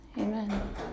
Amen